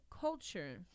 culture